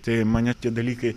tai mane tie dalykai